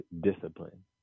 discipline